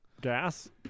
Gas